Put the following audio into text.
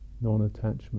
non-attachment